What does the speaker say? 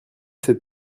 cette